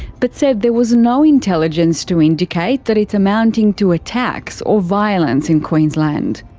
but said there was no intelligence to indicate that it's amounting to attacks or violence in queensland.